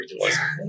Regionalism